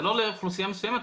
זה לא לאוכלוסייה מסוימת.